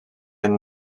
and